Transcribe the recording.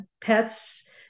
pets